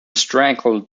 strangled